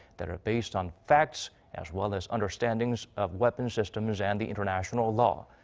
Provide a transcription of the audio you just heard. that are based on facts as well as understandings of weapons systems and the international law.